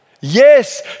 Yes